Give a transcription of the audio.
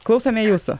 klausome jūsų